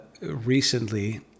recently